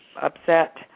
upset